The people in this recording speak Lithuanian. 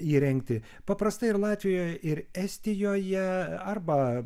įrengti paprastai ir latvijoje ir estijoje arba